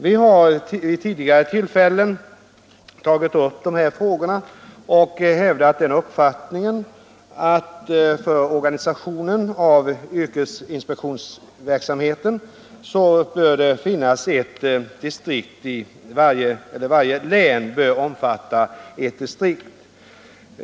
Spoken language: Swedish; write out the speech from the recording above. Vi hår vid tidigare tillfällen tagit upp de här frågorna och hävdat den uppfattningen att för organisationen av yrkesinspektionsverksamheten bör varje län omfatta ett distrikt.